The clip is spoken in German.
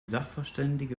sachverständige